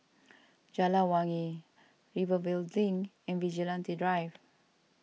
Jalan Wangi Rivervale Link and Vigilante Drive